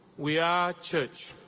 we are church.